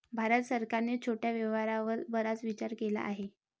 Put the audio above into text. भारत सरकारने छोट्या व्यवसायावर बराच विचार केला आहे